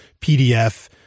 PDF